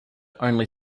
only